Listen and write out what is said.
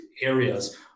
areas